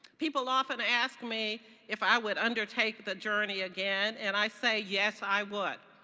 people often ask me if i would undertake the journey again and i say yes i would.